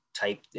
type